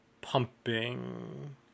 pumping